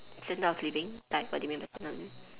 standard of living like what do you mean by standard of living